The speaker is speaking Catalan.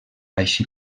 així